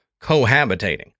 cohabitating